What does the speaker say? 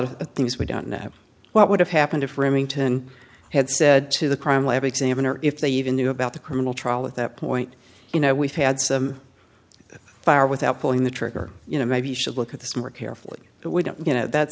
of things we don't know what would have happened if remington had said to the crime lab examiner if they even knew about the criminal trial at that point you know we've had some fire without pulling the trigger you know maybe you should look at this more carefully but we don't you know that